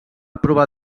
provar